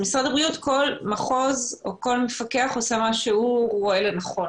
כל מחוז או כל מפקח במשרד הבריאות עושה מה שהוא רואה לנכון.